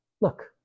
Look